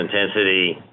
intensity